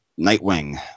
Nightwing